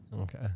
Okay